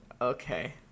Okay